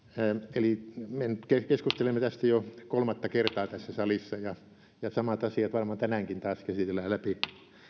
eli me keskustelemme tästä jo kolmatta kertaa tässä salissa ja ja samat asiat varmaan tänäänkin taas käsitellään läpi